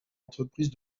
entreprise